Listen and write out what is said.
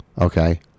okay